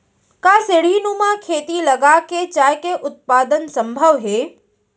का सीढ़ीनुमा खेती लगा के चाय के उत्पादन सम्भव हे?